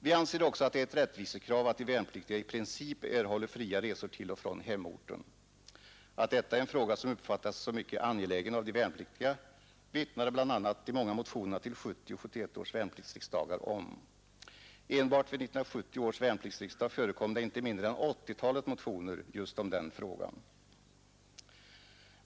Vi anser också att det är ett rättvisekrav att de värnpliktiga i princip erhåller fria resor till och från hemorten. Att detta är en fråga som uppfattas som mycket angelägen av de värnpliktiga vittnar bl.a. de många motionerna till 1970 och 1971 års värnpliktsriksdagar om. Enbart vid 1970 års värnpliktsriksdag förekom det inte mindre än åttiotalet motioner just om den frågan.